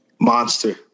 Monster